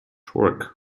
torque